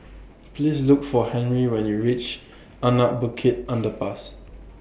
Please Look For Henri when YOU REACH Anak Bukit Underpass